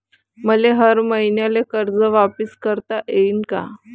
मले हर मईन्याले कर्ज वापिस करता येईन का?